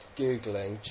googling